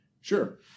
Sure